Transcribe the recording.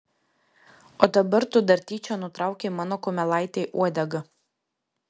o dabar tu dar tyčia nutraukei mano kumelaitei uodegą